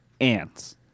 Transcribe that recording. Ants